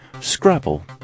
Scrabble